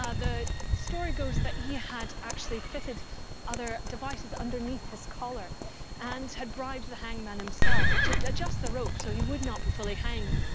ah the story goes that he had actually fitted other devices underneath his collar and had bribed the hangman himself to adjust the rope so he would not be fully hanged.